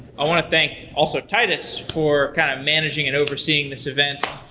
i want to thank, also, titus, for kind of managing and overseeing this event,